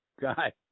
guy